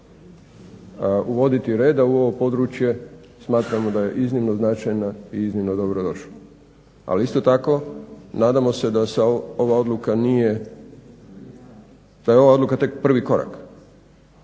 uvoditi reda u ovom područje smatramo da je iznimno značajna i iznimno dobrodošla, ali isto tako nadamo se da je ova odluka tek prvi korak